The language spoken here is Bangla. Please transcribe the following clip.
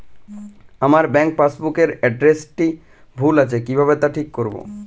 আমার ব্যাঙ্ক পাসবুক এর এড্রেসটি ভুল আছে কিভাবে তা ঠিক করবো?